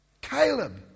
Caleb